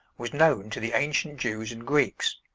was known to the ancient jews and greeks.